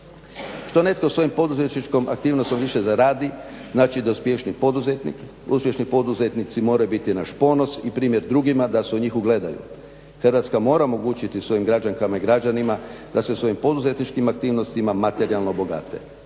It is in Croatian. Što netko s ovim poduzetničkom aktivnosti više zaradi znači da je uspješniji poduzetnik, uspješni poduzetnici moraju biti naš ponos i primjer drugima da se u njih ugledaju. Hrvatska mora omogućiti svojim građankama i građanima da se u svojim poduzetničkim aktivnostima materijalno bogate,